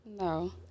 No